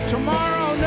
Tomorrow